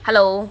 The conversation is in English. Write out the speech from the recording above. hello